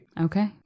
Okay